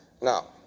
Now